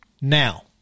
Now